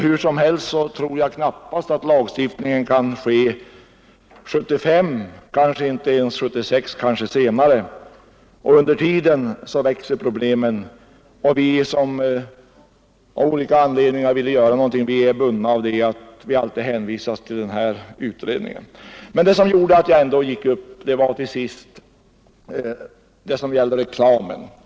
Hur som helst tror jag knappast att lagstiftningen kan ske 1975 — kanske inte ens 1976. Under tiden växer problemen, och vi som av olika anledningar ville göra någonting är bundna av att vi alltid hänvisas till den här utredningen. Men det som till sist gjorde att jag ändå gick upp i talarstolen var det som gällde reklamen.